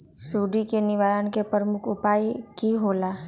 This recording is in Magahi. सुडी के निवारण के प्रमुख उपाय कि होइला?